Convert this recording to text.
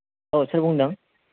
औ सोर बुंदों